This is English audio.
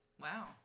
Wow